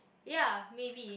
ya maybe